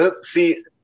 See